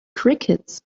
crickets